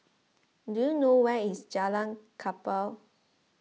do you know where is Jalan Kapal